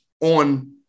on